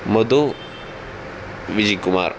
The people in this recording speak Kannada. ಮಧು ವಿಜಯ್ ಕುಮಾರ್